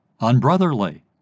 unbrotherly